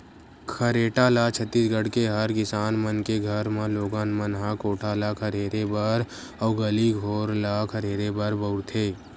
खरेटा ल छत्तीसगढ़ के हर किसान मन के घर म लोगन मन ह कोठा ल खरहेरे बर अउ गली घोर ल खरहेरे बर बउरथे